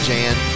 Jan